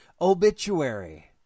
obituary